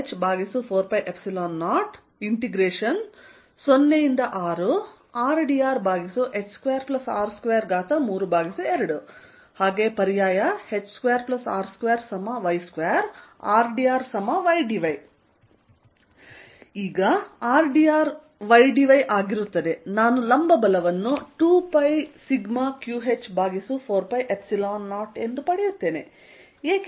Fvertical2πσqh4π00Rrdrh2r232 h2r2y2 rdrydy ಆದ್ದರಿಂದ rdr ಈಗ ydy ಆಗಿದೆ ನಾನು ಲಂಬ ಬಲವನ್ನು 2πσqh ಭಾಗಿಸು 4π0 ಎಂದು ಪಡೆಯುತ್ತೇನೆ